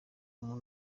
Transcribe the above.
umuntu